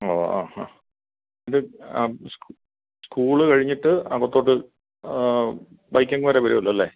ഓ ആ ആ ഇത് സ്കു സ്കൂള് കഴിഞ്ഞിട്ട് അകത്തോട്ട് ബൈക്കിങ് വരെ വരുവല്ലോലേ